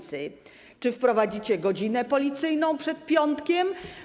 Czy wprowadzicie godzinę policyjną przed piątkiem?